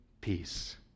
peace